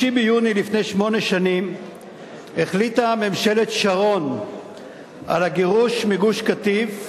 ב-6 ביוני לפני שמונה שנים החליטה ממשלת שרון על הגירוש מגוש-קטיף,